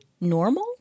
normal